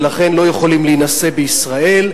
ולכן לא יכולים להינשא בישראל.